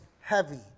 heavy